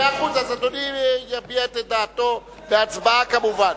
מאה אחוז, אז אדוני יביע את דעתו בהצבעה כמובן.